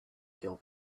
feel